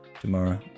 tomorrow